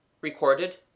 Recorded